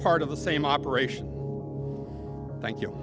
part of the same operation thank you